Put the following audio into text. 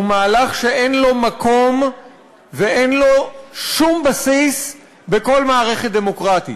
הוא מהלך שאין לו מקום ואין לו שום בסיס בכל מערכת דמוקרטית.